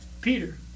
Peter